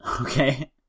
Okay